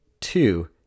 Two